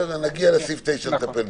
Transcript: נגיע לסעיף 9, נטפל בזה.